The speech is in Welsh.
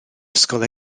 ysgol